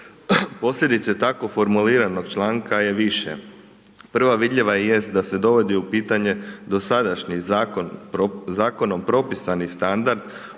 Posljedice tako formuliranog članka je više. Prva vidljiva jest da se dovodi u pitanje dosadašnji zakon, zakonom propisani standard